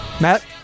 Matt